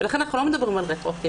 לכן אנחנו לא מדברים על רטרואקטיבי.